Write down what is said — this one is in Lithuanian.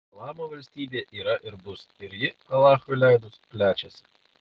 islamo valstybė yra ir bus ir ji alachui leidus plečiasi